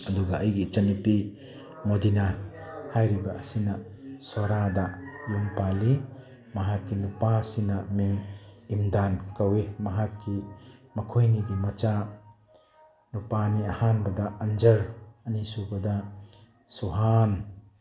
ꯑꯗꯨꯒ ꯑꯩꯒꯤ ꯏꯆꯟꯅꯨꯄꯤ ꯃꯣꯗꯤꯅꯥ ꯍꯥꯏꯔꯤꯕ ꯑꯁꯤꯅ ꯁꯣꯔꯥꯗ ꯌꯨꯝ ꯄꯥꯜꯂꯤ ꯃꯍꯥꯛꯀꯤ ꯅꯨꯄꯥꯁꯤꯅ ꯃꯤꯡ ꯏꯝꯗꯥꯟ ꯀꯧꯏ ꯃꯍꯥꯛꯀꯤ ꯃꯈꯣꯏꯅꯤꯒꯤ ꯃꯆꯥ ꯅꯨꯄꯥ ꯑꯅꯤ ꯑꯍꯥꯝꯕꯗ ꯑꯟꯖꯔ ꯑꯅꯤꯁꯨꯕꯗ ꯁꯨꯍꯥꯟ